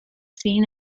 seen